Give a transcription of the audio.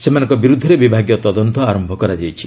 ସେମାନଙ୍କ ବିରୁଦ୍ଧରେ ବିଭାଗୀୟ ତଦନ୍ତ ଆରମ୍ଭ କରାଯାଇଛି